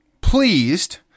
pleased